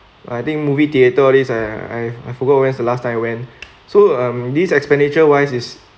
I think movie theatre all these ah I I forgot when is the last time I went so um these expenditure wise is